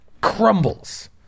crumbles